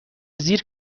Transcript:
زیر